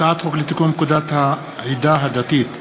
הצעת חוק לתיקון פקודת העדה הדתית (המרה)